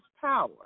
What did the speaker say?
power